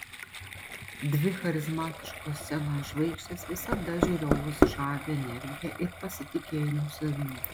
dvi charizmatiškos scenos žvaigždės visada žiūrovus žavi energija ir pasitikėjimu savimi